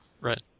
Right